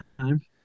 time